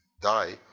die